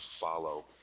follow